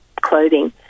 clothing